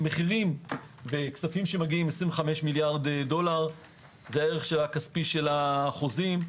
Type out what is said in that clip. מחירים בכספים שמגיעים 25 מיליארד דולר זה הערך הכספי של החוזים.